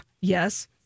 Yes